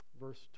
Verse